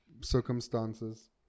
circumstances